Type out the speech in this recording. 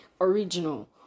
original